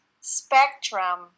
spectrum